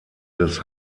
des